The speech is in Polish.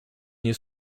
nie